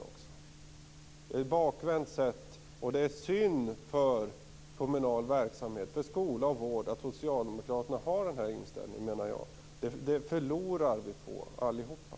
Det är ett bakvänt sätt att se, och det är synd för kommunal verksamhet, för skola och vård, att socialdemokraterna har den här inställningen. Det förlorar vi alla på.